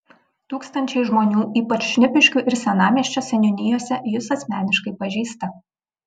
tūkstančiai žmonių ypač šnipiškių ir senamiesčio seniūnijose jus asmeniškai pažįsta